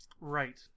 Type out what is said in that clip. Right